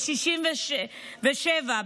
ב-1967,